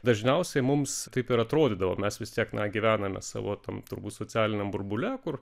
dažniausiai mums taip ir atrodydavo mes vis tiek na gyvename savo tam turbūt socialiniam burbule kur